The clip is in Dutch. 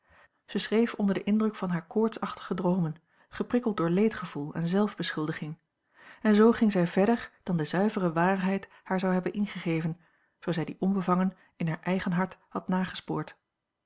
zij schreef onder den indruk van hare koortsachtige droomen geprikkeld door leedgevoel en zelfbeschuldiging en zoo ging zij verder dan de zuivere waarheid haar zou hebben ingegeven zoo zij die onbevangen in haar eigen hart had nagespoord